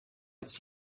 its